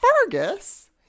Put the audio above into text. Fergus